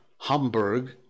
Hamburg